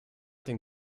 den